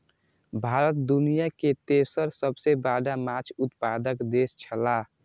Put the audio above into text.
भारत दुनिया के तेसर सबसे बड़ा माछ उत्पादक देश छला